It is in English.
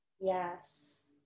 Yes